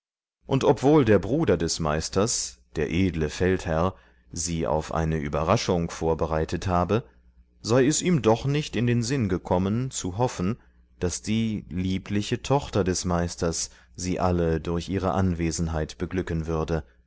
und obwohl der bruder des meisters der edle feldherr sie auf eine überraschung vorbereitet habe sei es ihm doch nicht in den sinn gekommen zu hoffen daß die liebliche tochter des meisters sie alle durch ihre anwesenheit beglücken würde